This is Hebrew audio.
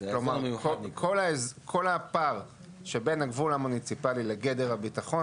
כלומר כל הפער שבין הגבול המוניציפלי לגדר הביטחון